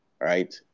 right